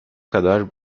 kadar